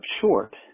short